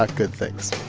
but good things